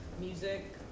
music